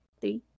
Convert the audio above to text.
three